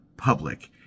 public